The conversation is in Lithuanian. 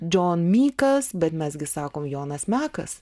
džon mykas bet mes gi sakom jonas mekas